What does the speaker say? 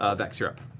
ah vex, you're up.